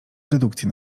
dedukcji